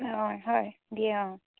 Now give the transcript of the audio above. অঁ হয় দিয়ে অঁ